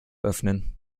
öffnen